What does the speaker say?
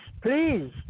please